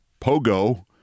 POGO